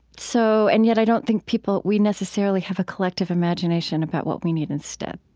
so, and yet i don't think people we necessarily have a collective imagination about what we need instead